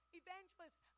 evangelists